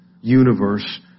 universe